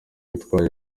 yitwaje